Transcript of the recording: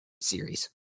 series